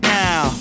now